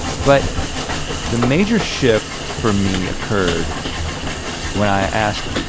but the major shift for me occurred when i asked